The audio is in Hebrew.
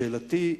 שאלתי,